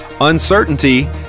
Uncertainty